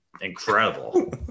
incredible